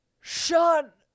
Shut